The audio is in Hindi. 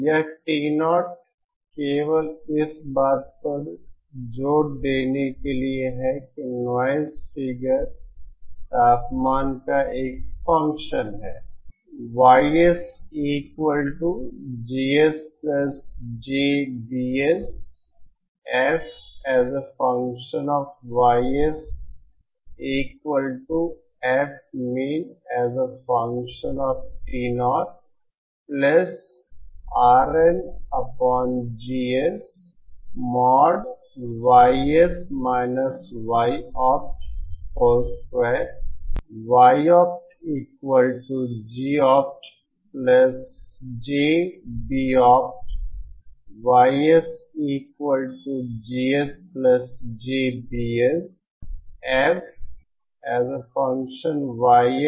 यह T0 केवल इस बात पर जोर देने के लिए है कि नॉइज़ फिगर तापमान का एक फंक्शन है